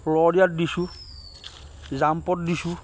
ৰ দিছোঁ জাম্পত দিছোঁ